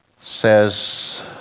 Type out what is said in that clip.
says